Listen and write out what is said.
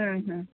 മ് മ്